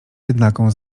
jednaką